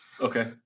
Okay